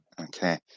Okay